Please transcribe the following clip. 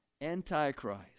anti-Christ